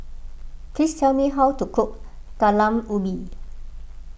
please tell me how to cook Talam Ubi